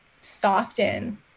soften